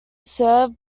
served